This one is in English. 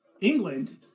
England